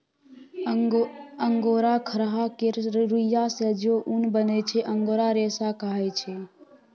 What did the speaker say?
angora खरहा केर रुइयाँ सँ जे उन बनै छै अंगोरा रेशा कहाइ छै